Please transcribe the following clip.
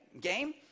game